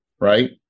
right